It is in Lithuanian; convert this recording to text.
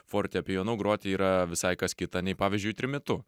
fortepijonu groti yra visai kas kita nei pavyzdžiui trimitu